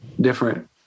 different